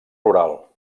rural